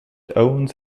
owns